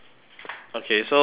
okay so uh